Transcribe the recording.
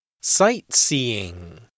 Sightseeing